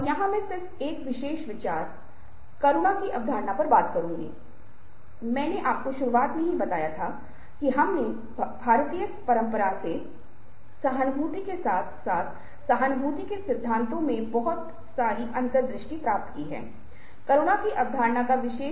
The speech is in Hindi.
मैं आपके साथ कुछ स्लाइड्स साझा करूंगा जो आप चर्चा मंच पर देख रहे हों और जिस सामग्री को मैं आपके साथ साझा कर रहा हूं उसके लिंक को देखने के लिए कृपया उनकी जांच करें जो distance and territory eye contact चेहरे की अभिव्यक्ति इशारों और मुद्राओं की इस अवधारणा के बारे में हैं